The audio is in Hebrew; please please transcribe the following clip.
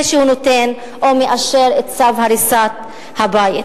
שהוא נותן או מאשר את צו הריסת הבית.